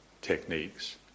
techniques